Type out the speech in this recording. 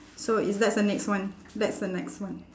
so it's that's the next one that's the next one